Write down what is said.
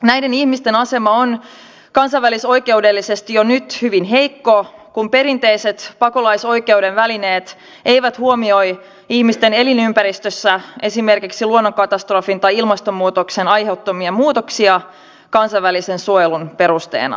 näiden ihmisten asema on kansainvälisoikeudellisesti jo nyt hyvin heikko kun perinteiset pakolaisoikeuden välineet eivät huomioi ihmisten elinympäristön esimerkiksi luonnonkatastrofin tai ilmastonmuutoksen aiheuttamia muutoksia kansainvälisen suojelun perusteena